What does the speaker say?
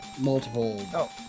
multiple